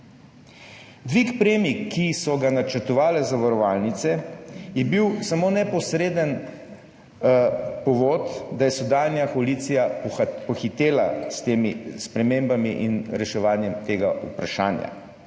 Dvig premij, ki so ga načrtovale zavarovalnice, je bil samo neposreden povod, da je sedanja koalicija pohitela s temi spremembami in reševanjem tega vprašanja.